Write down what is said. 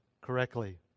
correctly